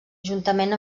juntament